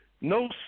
No